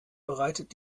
bereitet